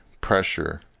pressure